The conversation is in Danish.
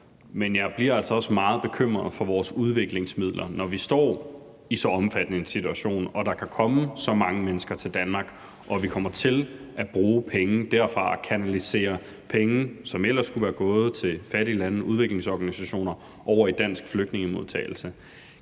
Men jeg bliver altså også meget bekymret for vores udviklingsmidler, når vi står i så omfattende en situation og der kan komme så mange mennesker til Danmark. Vi kommer til at bruge penge derfra og kanalisere penge, som ellers skulle være gået til fattige lande, udviklingsorganisationer, over i dansk flygtningemodtagelse.